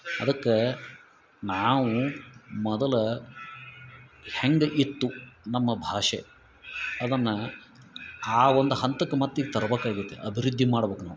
ಅದಕ್ಕ ನಾವು ಮೊದಲು ಹೆಂಗೆ ಇತ್ತು ನಮ್ಮ ಭಾಷೆ ಅದನ್ನ ಹಾ ಒಂದು ಹಂತಕ್ಕೆ ಮತ್ತು ಈಗ ತರ್ಬೇಕಾಗೈತಿ ಅಭಿವೃದ್ದಿ ಮಾಡ್ಬೇಕು ನಾವು